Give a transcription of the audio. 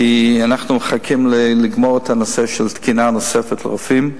כי אנחנו מחכים לגמור את הנושא של תקינה נוספת לרופאים,